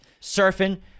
surfing